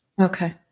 Okay